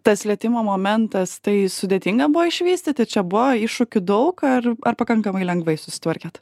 tas lietimo momentas tai sudėtinga buvo išvystyti čia buvo iššūkių daug ar ar pakankamai lengvai susitvarkėt